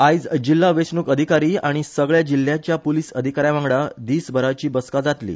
आयज जिल्हा वेचणुक अधिकारी आनी सगळ्या जिल्हयांच्या पुलिस अधिक्षकांवांगडा दिसभराची बसका जातली